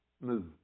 move